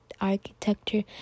architecture